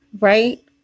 right